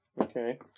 Okay